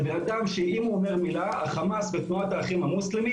אתם נכנסים בשער המוגרבים,